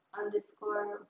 underscore